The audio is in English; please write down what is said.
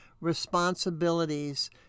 responsibilities